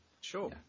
sure